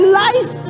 life